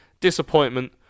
disappointment